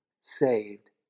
saved